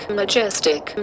majestic